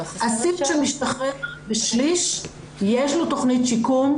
אסיר שמשתחרר בשליש יש לו תוכנית שיקום,